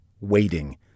waiting